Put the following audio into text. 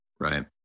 right